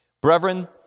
Brethren